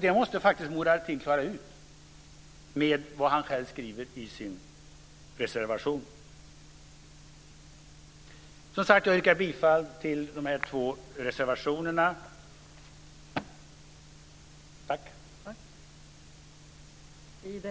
Det måste Murad Artin klara ut med vad han själv skriver i sin reservation. Jag yrkar bifall till de två reservationerna 2 och